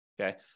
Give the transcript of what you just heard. okay